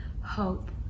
hope